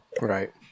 Right